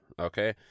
Okay